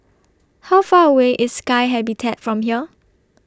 How Far away IS Sky Habitat from here